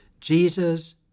Jesus